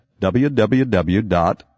www